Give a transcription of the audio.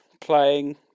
playing